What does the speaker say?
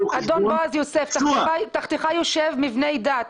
אדון בועז יוסף, תחתיך יושבים מבני דת.